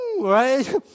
Right